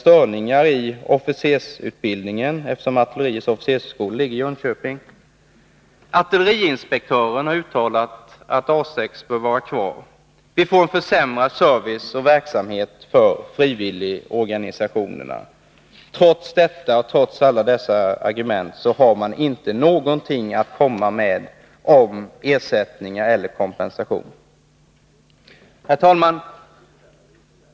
Trots alla dessa argument, har man ingenting att komma med om ersättningar eller kompensation. Herr talman!